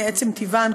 מעצם טיבן,